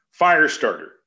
Firestarter